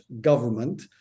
government